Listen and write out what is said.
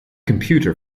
computer